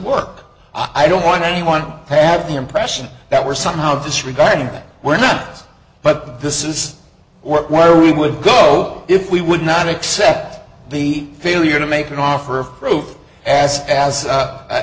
work i don't want anyone to have the impression that we're somehow disregarding but we're not but this is where we would go if we would not accept the failure to make an offer of proof as as